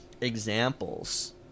examples